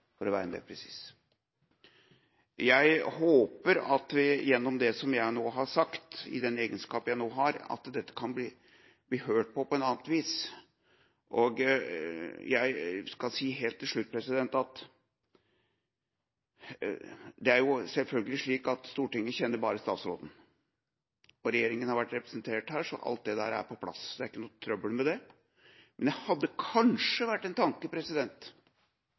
for å være enda mer presis. Jeg håper at dette, gjennom det som jeg nå har sagt, i den egenskap jeg nå har, kan bli hørt på et annet vis. Jeg skal helt til slutt si at det selvfølgelig er slik at Stortinget bare kjenner statsråden. Regjeringa har vært representert her, så alt det der er på plass, det er ikke noe trøbbel med det. Men det hadde kanskje vært en tanke